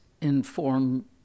inform